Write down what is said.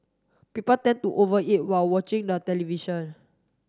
people tend to over eat while watching the television